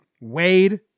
Wade